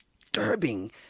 disturbing